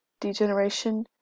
degeneration